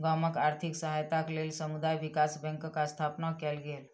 गामक आर्थिक सहायताक लेल समुदाय विकास बैंकक स्थापना कयल गेल